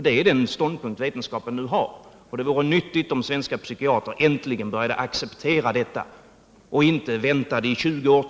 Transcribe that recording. Det är den ståndpunkt vetenskapen nu har. Det vore nyttigt om svenska psykiatrer äntligen börjar acceptera detta och inte väntar i ytterligare 20 år